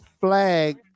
flag